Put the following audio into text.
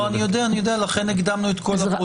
יודע, לכן הקדמנו את כל הפרוצדורה.